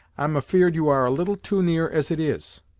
i'm afeard you are a little too near as it is.